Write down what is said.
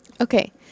Okay